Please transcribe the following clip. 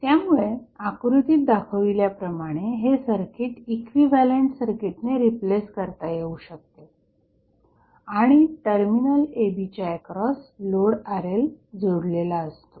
त्यामुळे आकृतीत दाखवल्याप्रमाणे हे सर्किट इक्विव्हॅलंट सर्किटने रिप्लेस करता येऊ शकते आणि टर्मिनल a b च्या एक्रॉस लोड RL जोडलेला असतो